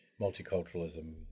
multiculturalism